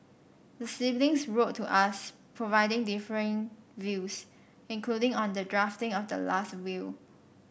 the siblings wrote to us providing differing views including on the drafting of the last will